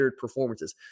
performances